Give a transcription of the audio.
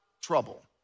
trouble